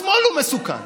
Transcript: השמאל הוא מסוכן.